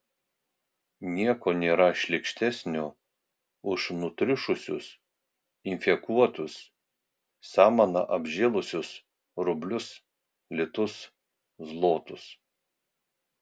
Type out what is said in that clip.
nieko nėra šlykštesnio už nutriušusius infekuotus samana apžėlusius rublius litus zlotus